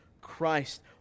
christ